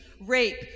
rape